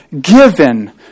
given